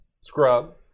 Scrub